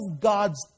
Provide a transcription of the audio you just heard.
God's